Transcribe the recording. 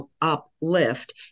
uplift